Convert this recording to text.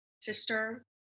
Sister